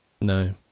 No